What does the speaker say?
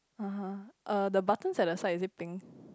(uh huh) uh the button at the side is it pink